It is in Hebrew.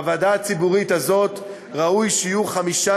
בוועדה הציבורית הזאת ראוי שיהיו חמישה